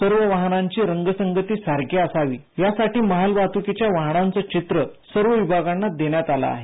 सर्व वाहनांची रगसंगती सारखी असावी यासाठी मालवाहतुकीच्या वाहनांच चित्र सर्व विभागांना देण्यात आलं आहे